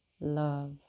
love